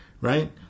Right